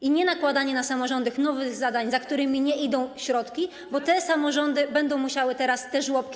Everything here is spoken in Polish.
I nie nakładanie na samorządy nowych zadań, za którymi nie idą środki, bo te samorządy będą musiały teraz te żłobki.